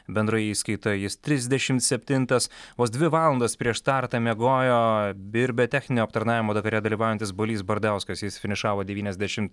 bendroje įskaitoje jis trisdešimt septintas vos dvi valandas prieš startą miegojo birbė techninio aptarnavimo dakare dalyvaujantys balys bardauskas jis finišavo devyniasdešim